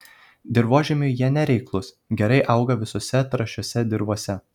dirvožemiui jie nereiklūs gerai auga visose trąšiose dirvose